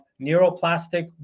neuroplastic